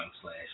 slash